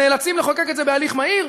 נאלצים לחוקק את זה בהליך מהיר,